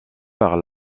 par